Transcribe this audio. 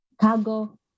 cargo